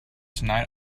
tonight